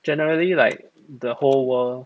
generally like the whole world